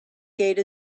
gate